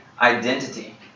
identity